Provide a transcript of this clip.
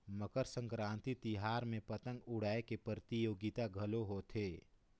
मकर संकरांति तिहार में पतंग उड़ाए के परतियोगिता घलो होथे